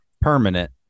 Permanent